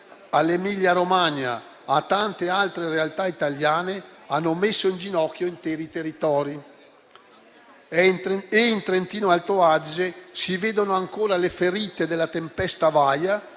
all'Emilia Romagna a tante altre realtà italiane hanno messo in ginocchio interi territori. In Trentino Alto Adige si vedono ancora le ferite della tempesta Vaia